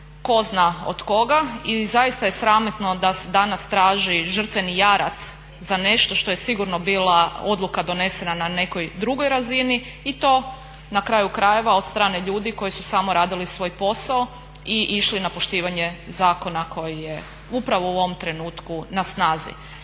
tko zna od koga i zaista je sramotno da se danas traži žrtveni jarac za nešto što je sigurno bila odluka donesena na nekoj drugoj razini i to na kraju krajeva od strane ljudi koji su samo radili svoj posao i išli na poštivanje zakona koji je upravo u ovom trenutku na snazi.